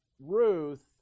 Ruth